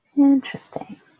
Interesting